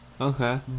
Okay